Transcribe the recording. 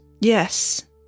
Yes